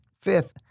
Fifth